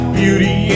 beauty